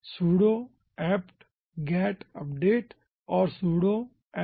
sudo apt get update और sudo apt dist upgrade